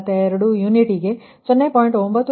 0 per unit ಆಗಿರುವುದು